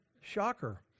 shocker